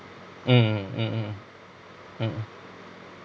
mm mmhmm mmhmm